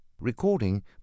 Recording